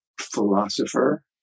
philosopher